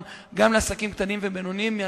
ובעיקר בהקשר של העסקים הקטנים והבינוניים.